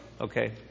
Okay